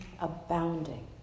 abounding